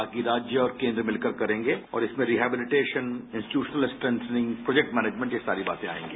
बाकी राज्य और केन्द्र मिलकर करेंगे और इसमें rehabilitation institutional strengthening project management ये सारी बातें आएगी